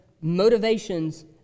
Motivations